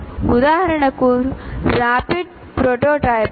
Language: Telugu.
ఉదాహరణకు రాపిడ్ ప్రోటోటైపింగ్